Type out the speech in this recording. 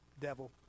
Devil